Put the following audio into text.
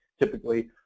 typically